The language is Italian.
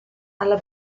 alla